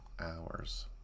Hours